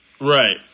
Right